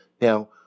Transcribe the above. Now